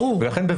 ולכן,